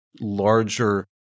larger